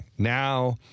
Now